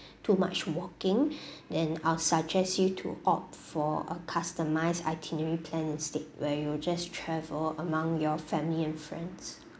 too much walking then I'll suggest you to opt for a customized itinerary plan instead where you just travel among your family and friends